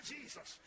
Jesus